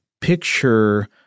picture –